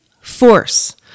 Force